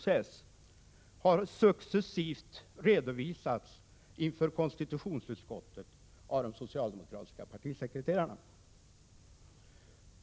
Denna har successivt redovisats inför konstitutionsutskottet av de socialdemokratiska partisekreterarna.